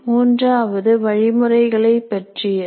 மூன்றாவது வழிமுறைகளை பற்றியது